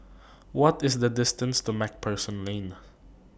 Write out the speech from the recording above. What IS The distance to MacPherson Lane